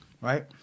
right